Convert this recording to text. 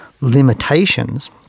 limitations